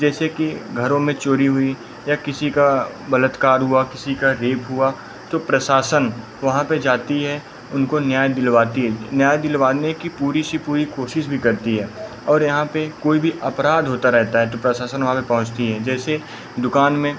जैसे कि घरों में चोरी हुई या किसी का बलत्कार हुआ किसी का रेप हुआ तो प्रशासन वहाँ पर जाती है उनको न्याय दिलवाती है न्याय दिलवाने की पूरी से पूरी कोशिश भी करती है और यहाँ पर कोई भी अपराध होता रहता है तो प्रशासन वहाँ पर पहुँचती हैं जैसे दुकान में